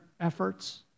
efforts